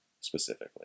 specifically